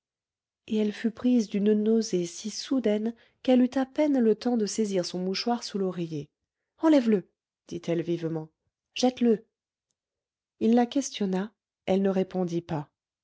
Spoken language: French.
et elle fut prise d'une nausée si soudaine qu'elle eut à peine le temps de saisir son mouchoir sous l'oreiller enlève le dit-elle vivement jette le il la questionna elle ne répondit pas